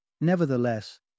Nevertheless